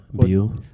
Bill